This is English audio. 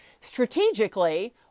strategically